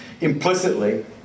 implicitly